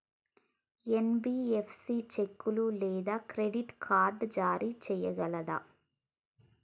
NBFC చెక్కులు లేదా credit card జారీ చేయగలదా?